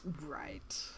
right